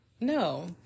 No